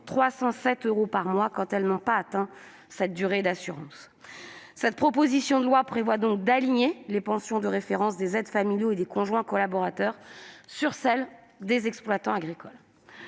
307 euros par mois quand elles n'ont pas atteint cette durée d'assurance. Cette proposition de loi tend donc à aligner les pensions de référence des aides familiaux et des conjoints collaborateurs sur celles des exploitants agricoles.